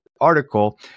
Article